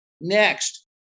Next